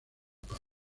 paz